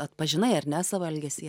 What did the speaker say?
atpažinai ar ne savo elgesį